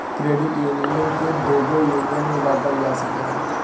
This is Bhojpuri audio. क्रेडिट यूनियन के दुगो यूनियन में बॉटल जा सकेला